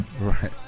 right